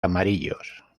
amarillos